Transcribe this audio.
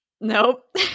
Nope